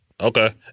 Okay